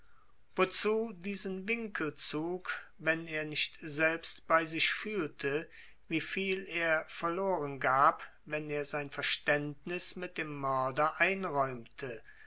wozu diesen winkelzug wenn er nicht selbst bei sich fühlte wie viel er verloren gab wenn er sein verständnis mit dem mörder einräumte